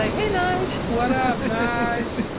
like hey, nige! what up, nige?